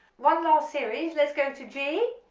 one last series, let's go to g,